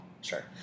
sure